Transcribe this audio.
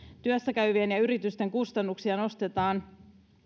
käyvien ja yritysten kustannuksia nostetaan